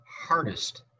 hardest